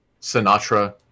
Sinatra